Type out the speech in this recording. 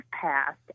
passed